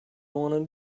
want